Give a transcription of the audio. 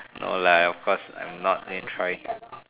no lah of course I'm not going to try